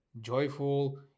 joyful